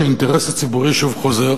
האינטרס הציבורי שוב חוזר